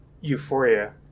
euphoria